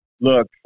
Look